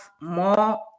more